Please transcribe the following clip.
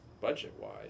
budget-wise